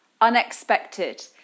unexpected